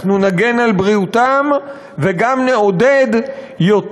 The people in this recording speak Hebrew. אנחנו נגן על בריאותם וגם נעודד יותר